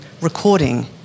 recording